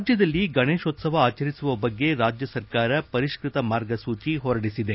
ರಾಜ್ಯದಲ್ಲಿ ಗಣೇಶೋತ್ಸವ ಆಚರಿಸುವ ಬಗ್ಗೆ ರಾಜ್ಯ ಸರ್ಕಾರ ಪರಿಷ್ಕತ ಮಾರ್ಗಸೂಚಿ ಹೊರಡಿಸಿದೆ